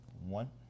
one